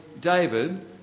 David